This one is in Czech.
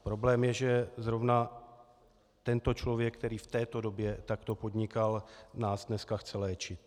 Problém je, že zrovna tento člověk, který v této době takto podnikal, nás dneska chce léčit.